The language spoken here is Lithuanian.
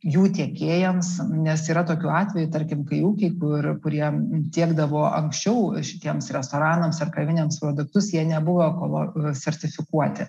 jų tiekėjams nes yra tokių atvejų tarkim kai ūkiai kur kurie tiekdavo anksčiau šitiems restoranams ar kavinėms produktus jie nebuvo ekolo sertifikuoti